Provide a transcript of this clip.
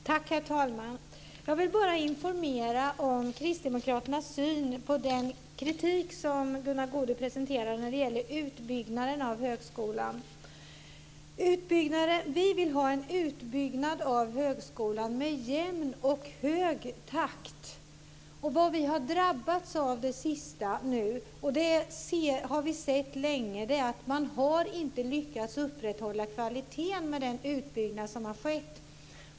Herr talman! Jag vill bara informera om Kristdemokraternas syn på den kritik som Gunnar Goude presenterar när det gäller utbyggnaden av högskolan. Vi vill ha en utbyggnad av högskolan med jämn och hög takt. Vad vi har drabbats av nu - det har vi sett länge - är att man inte har lyckats upprätthålla kvaliteten med den utbyggnad som har skett.